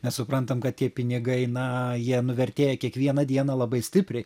nes suprantam kad tie pinigai na jie nuvertėja kiekvieną dieną labai stipriai